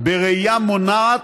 בראייה מונעת,